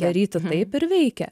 daryti taip ir veikia